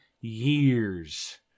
years